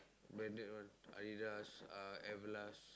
branded one Adidas uh Everlast